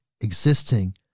existing